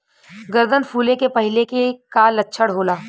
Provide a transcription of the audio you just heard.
गर्दन फुले के पहिले के का लक्षण होला?